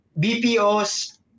BPO's